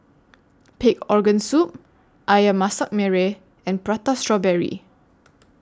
Pig Organ Soup Ayam Masak Merah and Prata Strawberry